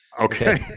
Okay